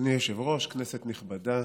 אדוני היושב-ראש, כנסת נכבדה,